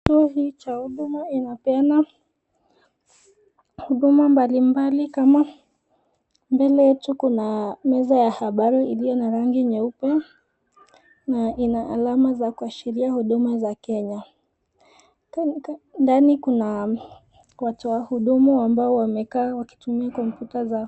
Kituo hii cha huduma inapeana huduma mbalimbali kama, mbele yetu kluna meza ya habari iliyo na rangi nyeupe na ina alama kuashiria huduma za Kenya. Ndani kuna watu wa huduma ambao wamekaa wakitumia kompyuta zao.